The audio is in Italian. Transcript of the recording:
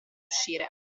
uscire